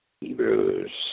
Hebrews